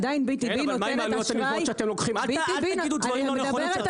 עדיין BTB נותנת אשראי --- אל תגידו דברים לא נכונים.